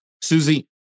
Susie